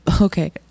okay